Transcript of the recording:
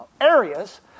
areas